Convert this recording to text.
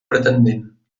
pretendent